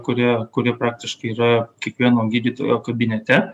kurie kurie praktiškai yra kiekvieno gydytojo kabinete